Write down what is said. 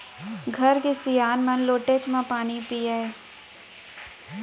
घर के सियान मन लोटेच म पानी पियय